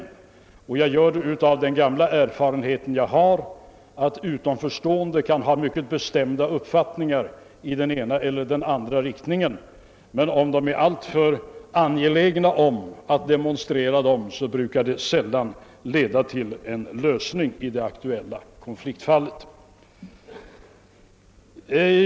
Mitt ställningstagande motiveras av den gamla erfarenhet jag har, att utanförstående kan ha mycket bestämda uppfattningar i den ena eller andra riktningen, men om de är alltför angelägna om att demonstrera dem, brukar det sällan leda till en lösning i det aktuella konfliktfallet.